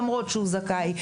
למרות שהוא זכאי,